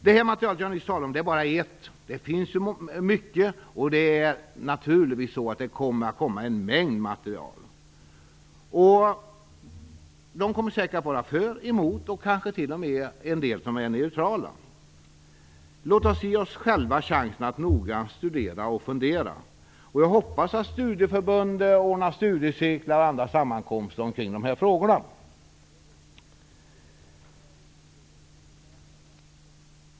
Det material som jag nu talat om är bara en del, det finns mycket mer, och det kommer naturligtvis att komma en mängd material. Där kommer man säkert att vara för och emot, och en del kommer kanske t.o.m. att vara neutrala. Låt oss ge oss själva chansen att noga studera och fundera. Jag hoppas att studieförbunden ordnar studiecirklar och andra sammankomster kring de här frågorna.